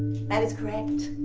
that is correct.